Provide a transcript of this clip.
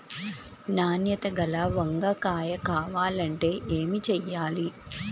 నాణ్యత గల వంగ కాయ కావాలంటే ఏమి చెయ్యాలి?